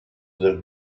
the